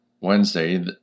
Wednesday